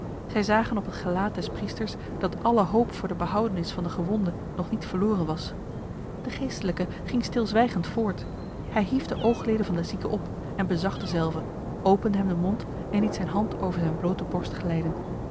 zij zagen op het gelaat des priesters dat alle hoop voor de behoudenis van de gewonde nog niet verloren was de geestelijke ging stilzwijgend voort hij hief de oogleden van de zieke op en bezag dezelve opende hem de mond en liet zijn hand over zijn blote borst glijden